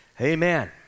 amen